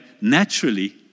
naturally